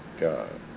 God